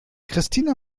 christina